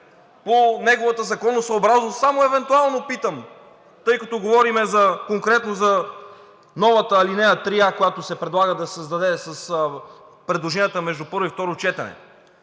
по неговата законосъобразност? Само евентуално питам, тъй като говорим конкретно за новата алинея 3а, която се предлага да се създаде с предложенията между първо и второ четене.